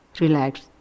relax